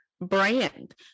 brand